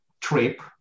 trip